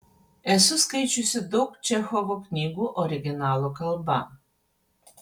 esu skaičiusi daug čechovo knygų originalo kalba